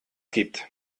gibt